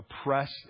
oppressed